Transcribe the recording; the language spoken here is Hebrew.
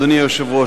אדוני היושב-ראש,